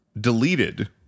deleted